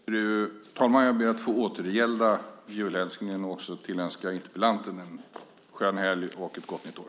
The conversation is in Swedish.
Fru talman! Jag ber att få återgälda julhälsningen och också tillönska interpellanten en skön helg och ett gott nytt år.